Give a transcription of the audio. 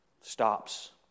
stops